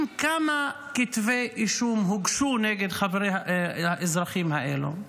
כמה כתבי אישום באחוזים הוגשו נגד האזרחים האלה?